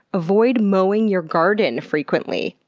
avoid mowing your garden frequently.